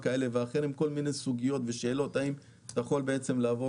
מסוימים כל מיני סוגיות ושאלות האם אפשר לעבור